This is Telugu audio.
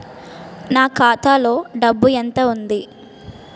నా ఖాతాలో డబ్బు ఎంత ఉంది?